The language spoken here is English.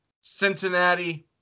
Cincinnati